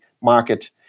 market